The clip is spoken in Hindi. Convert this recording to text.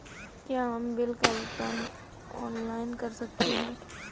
क्या हम बिल का भुगतान ऑनलाइन कर सकते हैं?